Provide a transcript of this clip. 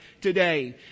today